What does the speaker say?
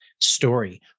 story